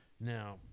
Now